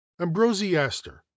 ambrosiaster